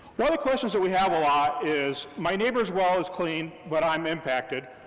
one of the questions that we have a lot is, my neighbor's well is clean, but i'm impacted,